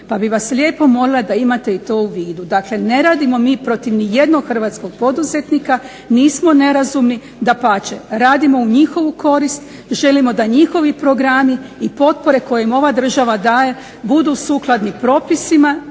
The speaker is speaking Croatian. Pa bi vas lijepo molila da imate i to u vidu. Dakle, ne radimo mi protiv nijednog hrvatskog poduzetnika, nismo nerazumni dapače radimo u njihovu korist, želimo da njihovi programi i potpore koje im ova država daje budu sukladni propisima,